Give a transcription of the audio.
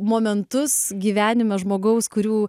momentus gyvenime žmogaus kurių